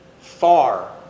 far